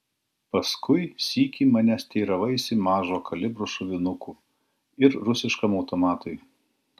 paskui sykį manęs teiravaisi mažo kalibro šovinukų ir rusiškam automatui